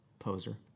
poser